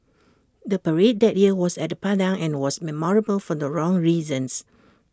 the parade that year was at the Padang and was memorable for the wrong reasons